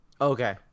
Okay